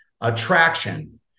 Attraction